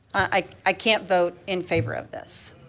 i i can't vote in favor of this